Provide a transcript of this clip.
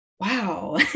wow